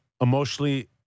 emotionally